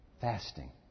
Fasting